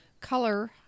color